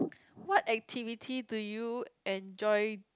what activity do you enjoy